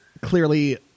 clearly